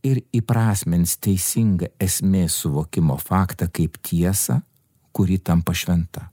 ir įprasmins teisingą esmės suvokimo faktą kaip tiesą kuri tampa šventa